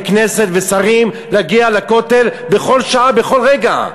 כנסת ושרים להגיע לכותל בכל שעה ובכל רגע.